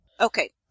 Okay